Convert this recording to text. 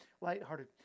lighthearted